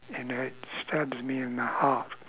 and it stabs me in the heart